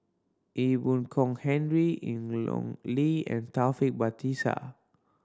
Ee Boon Kong Henry Ian Long Li and Taufik Batisah